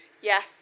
Yes